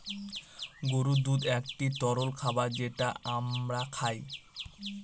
গরুর দুধ একটি তরল খাবার যেটা আমরা খায়